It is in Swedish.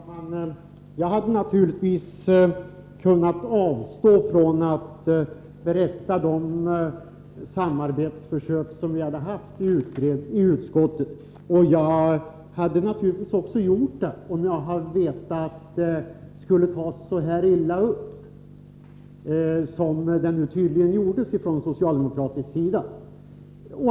Herr talman! Jag hade naturligtvis kunnat avstå från att berätta om de samarbetsförsök som vi har haft i utskottet. Jag hade naturligtvis avstått om jag hade vetat att det skulle tas så här illa upp som man tydligen gjorde från socialdemokratisk sida.